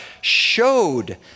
showed